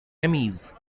emmys